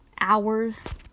hours